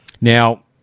Now